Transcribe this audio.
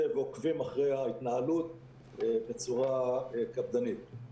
ועוקבים אחרי ההתנהלות בצורה קפדנית.